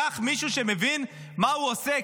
קח מישהו שמבין מה הוא עושה,